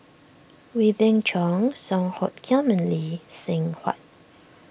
Wee Beng Chong Song Hoot Kiam and Lee Seng Huat